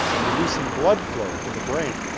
and reducing bloodflow to the brain.